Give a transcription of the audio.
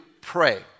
pray